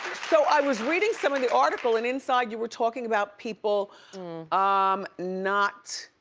so i was reading some of the article, and inside you were talking about people um not.